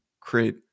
create